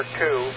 two